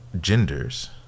genders